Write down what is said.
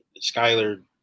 Skyler –